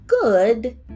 good